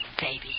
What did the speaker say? baby